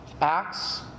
acts